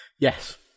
Yes